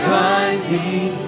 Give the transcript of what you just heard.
rising